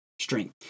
strength